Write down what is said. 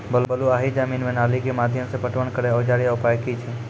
बलूआही जमीन मे नाली के माध्यम से पटवन करै औजार या उपाय की छै?